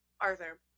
Arthur